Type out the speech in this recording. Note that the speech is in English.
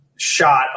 shot